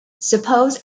suppose